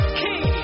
key